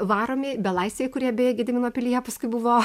varomi belaisviai kurie beje gedimino pilyje paskui buvo